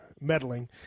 meddling